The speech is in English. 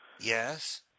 Yes